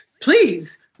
please